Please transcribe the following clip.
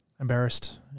embarrassed